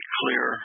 clear